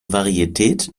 varietät